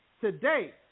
today